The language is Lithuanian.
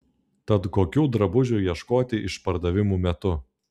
tad kokių drabužių ieškoti išpardavimų metu